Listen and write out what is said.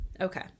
Okay